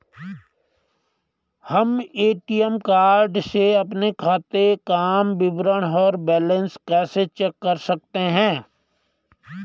हम ATM card से अपने खाते काम विवरण और बैलेंस कैसे चेक कर सकते हैं?